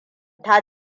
ta